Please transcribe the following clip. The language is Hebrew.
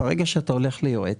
ברגע שאתה הולך ליועץ,